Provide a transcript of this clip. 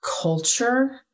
culture